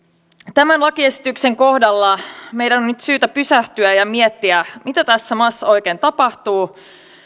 tämän lakiesityksen kohdalla meidän on nyt syytä pysähtyä ja ja miettiä mitä tässä maassa oikein tapahtuu